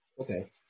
Okay